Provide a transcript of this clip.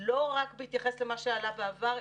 לא רק בהתייחס למה שעלה בעבר,